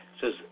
says